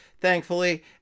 thankfully